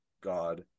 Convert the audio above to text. God